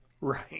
right